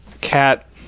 cat